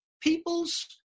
People's